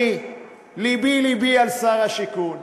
לבי-לבי על שר השיכון,